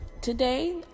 today